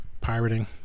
Pirating